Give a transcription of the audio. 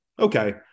Okay